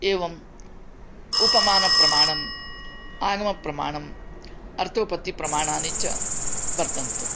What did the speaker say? एवम् उपमानप्रमाणम् आगमप्रमाणम् अर्थापत्तिप्रमाणानि च वर्तन्ते